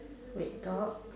we talk